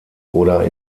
oder